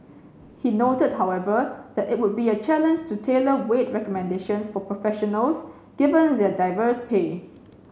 he noted however that it would be a challenge to tailor wage recommendations for professionals given their diverse pay